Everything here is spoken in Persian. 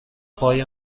پای